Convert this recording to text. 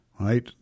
right